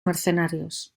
mercenarios